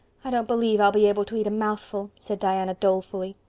i don't believe i'll be able to eat a mouthful, said diana dolefully.